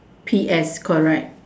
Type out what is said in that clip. P S correct